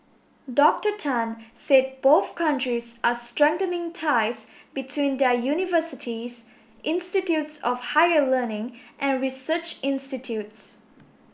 Doctor Tan said both countries are strengthening ties between their universities institutes of higher learning and research institutes